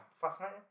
fascinating